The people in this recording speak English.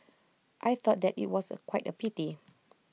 I thought that IT was A quite A pity